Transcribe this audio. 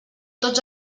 tots